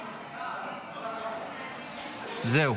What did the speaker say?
זהו.